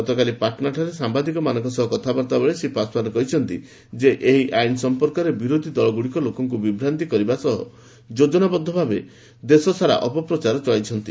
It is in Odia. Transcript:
ଗତକାଲି ପାଟନାଠାରେ ସାମ୍ଘାଦିକମାନଙ୍କ ସହ କଥାବାର୍ତ୍ତା ବେଳେ ଶ୍ରୀ ପାଶଓ୍ୱାନ କହିଛନ୍ତି ଯେ ଏହି ଆଇନ୍ ସମ୍ପର୍କରେ ବିରୋଧୀ ଦଳଗୁଡ଼ିକ ଲୋକଙ୍କୁ ବିଭ୍ୱାନ୍ତ କରିବା ସହ ଯୋଜନାବଦ୍ଧ ଭାବେ ଦେଶସାରା ଅପପ୍ରଚାର ଚଳାଇଛନ୍ତି